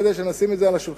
כדי שנשים את זה על השולחן,